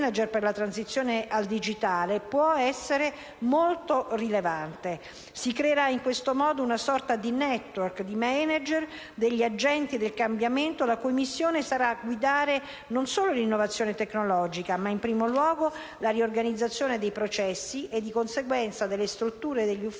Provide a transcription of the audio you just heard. dai Ministeri, un *manager* per la transizione al digitale. Si creerà in questo modo una sorta di *network* di *manager*, agenti del cambiamento la cui missione sarà guidare non solo l'innovazione tecnologica ma, in primo luogo, la riorganizzazione dei processi e, di conseguenza, delle strutture e degli uffici